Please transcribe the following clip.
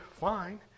fine